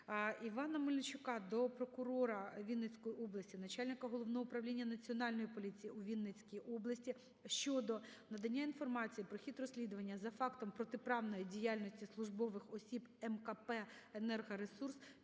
Івана Мельничука до прокурора Вінницької області, начальника Головного управління Національної поліції у Вінницькій області щодо надання інформації про хід розслідування за фактом протиправної діяльності службових осіб МКП "Енергоресурс"